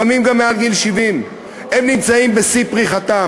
לפעמים גם מעל גיל 70. הם נמצאים בשיא פריחתם.